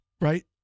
right